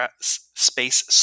space